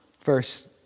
First